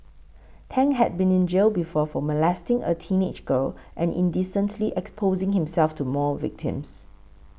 Tang had been in jail before for molesting a teenage girl and indecently exposing himself to more victims